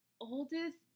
oldest